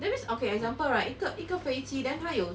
that means okay example right 一个一个飞机 then 它有